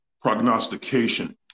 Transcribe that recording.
prognostication